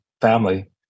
family